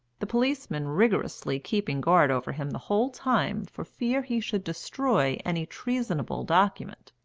the policeman rigorously keeping guard over him the whole time for fear he should destroy any treasonable document.